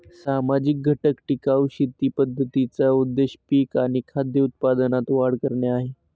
सामाजिक घटक टिकाऊ शेती पद्धतींचा उद्देश पिक आणि खाद्य उत्पादनात वाढ करणे आहे